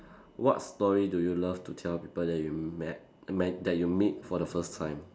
what story do you love to tell people that you met met that you meet for the first time